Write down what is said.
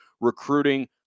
recruiting